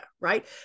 right